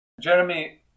Jeremy